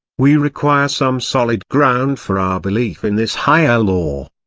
we require some solid ground for our belief in this higher law.